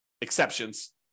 exceptions